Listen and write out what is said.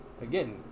again